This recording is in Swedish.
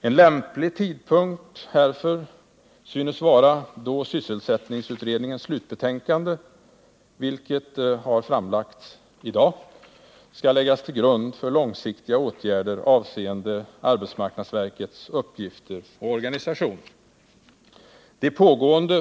En lämplig tidpunkt härför synes vara då sysselsättningsutredningens slutbetänkande — vilket har framlagts i dag — skall läggas till grund för långsiktiga åtgärder avseende arbetsmarknadsverkets uppgifter och organisation.